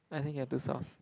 I think you are too soft